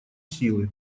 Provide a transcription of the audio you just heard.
силы